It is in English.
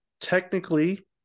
technically